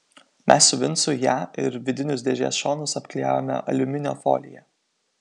mes su vincu ją ir vidinius dėžės šonus apklijavome aliuminio folija